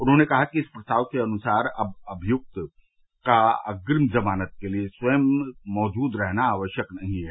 उन्होंने कहा कि इस प्रस्ताव के अनुसार अब अभियुक्त का अप्रिम जमानत के लिए स्वयं मौजूद रहना आवश्यक नहीं है